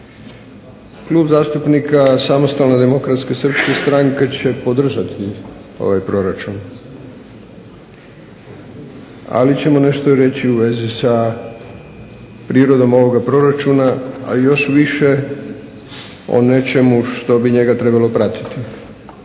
Klub zastupnika Samostalne demokratske srpske stranke će podržati ovaj proračun. Ali ćemo nešto reći u vezi sa prirodom ovoga proračuna, a još više o nečemu što bi njega trebalo pratiti.